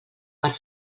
per